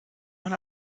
man